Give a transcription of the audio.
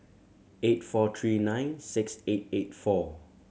eight four three nine six eight eight four